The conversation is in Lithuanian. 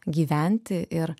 gyventi ir